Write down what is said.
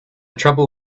trouble